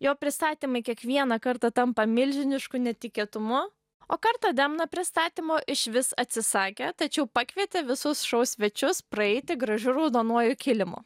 jo pristatymai kiekvieną kartą tampa milžinišku netikėtumu o kartą demna pristatymo išvis atsisakė tačiau pakvietė visus šou svečius praeiti gražiu raudonuoju kilimu